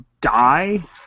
die